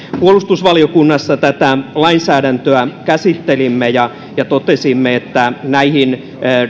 puolustusvaliokunnassa tätä lainsäädäntöä käsittelimme ja ja totesimme että näihin